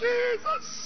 Jesus